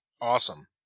awesome